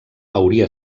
hauria